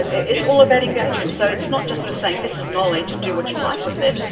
it's all about engagement. so it's not just just saying this is knowledge, do what you like with it',